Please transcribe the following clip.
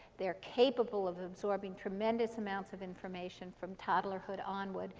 they're capable of absorbing tremendous amounts of information from toddlerhood onward.